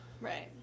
Right